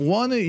one